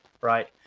right